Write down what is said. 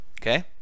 Okay